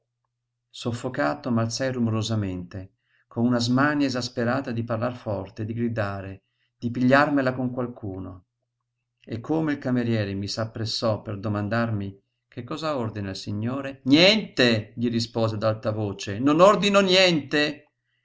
soffocato m'alzai rumorosamente con una smania esasperata di parlar forte di gridare di pigliarmela con qualcuno e come il cameriere mi s'appressò per domandarmi che cosa ordina il signore niente gli risposi ad alta voce non ordino niente